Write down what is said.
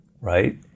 right